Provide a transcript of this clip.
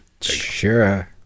sure